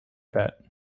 that